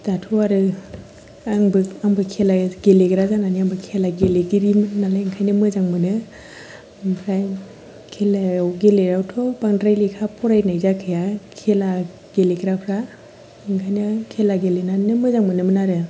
दाथ' आरो आंबो खेला गेलेग्रा जानानै आंबो खेला गेलेगिरिनालाय ओंखायनो मोजां मोनो ओमफ्राय खेलायाव गेलेयावथ' बांद्राय लेखा फरायनाय जाखाया खेला गेलेग्राफ्रा ओंखायनो खेला गेलेनाननो मोजां मोनोमोन आरो